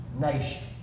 nation